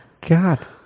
God